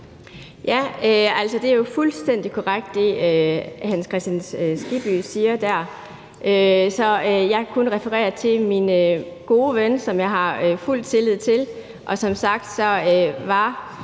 det er jo fuldstændig korrekt, hvad hr. Hans Kristian Skibby siger der. Så jeg kan kun referere til min gode ven, som jeg har fuld tillid til,